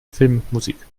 filmmusik